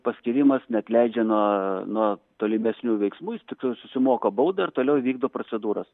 paskyrimas neatleidžia nuo nuo tolimesnių veiksmų jis tiktai susimoka baudą ir toliau vykdo procedūras